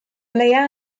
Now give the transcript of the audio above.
leia